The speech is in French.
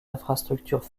infrastructures